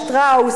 "שטראוס",